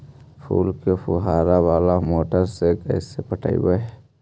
फूल के फुवारा बाला मोटर से कैसे पटइबै?